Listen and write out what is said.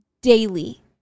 Daily